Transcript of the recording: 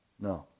no